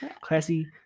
classy